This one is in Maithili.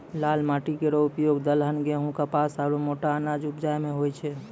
लाल माटी केरो उपयोग दलहन, गेंहू, कपास आरु मोटा अनाज उपजाय म होय छै